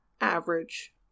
Average